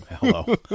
Hello